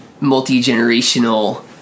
multi-generational